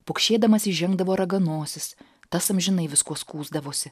pukšėdamas įžengdavo raganosis tas amžinai viskuo skųsdavosi